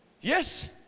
Yes